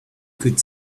could